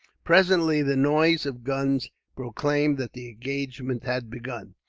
presently the noise of guns proclaimed that the engagement had begun.